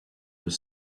was